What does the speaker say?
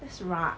that's right